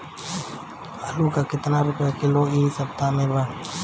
आलू का कितना रुपया किलो इह सपतह में बा?